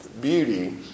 beauty